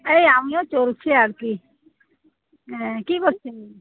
আরে আমিও চলছে আর কি হ্যাঁ কি করছেন